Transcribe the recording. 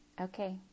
Okay